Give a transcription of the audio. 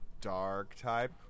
Dark-type